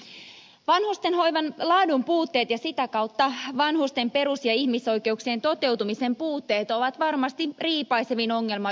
vanhusten hoivan laadun puutteet ja sitä kautta vanhusten perus ja ihmisoikeuksien toteutumisen puutteet ovat varmasti riipaisevin ongelma yhteiskunnassamme